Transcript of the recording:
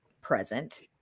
present